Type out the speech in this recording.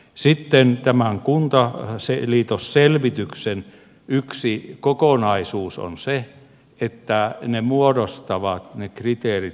sitten tämä on kunta on selvin tämän kuntaliitosselvityksen yksi kokonaisuus on se että ne kriteerit muodostavat tietyn selvitysalueen